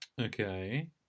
Okay